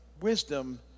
wisdom